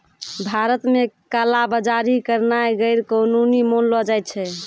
भारत मे काला बजारी करनाय गैरकानूनी मानलो जाय छै